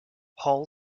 hall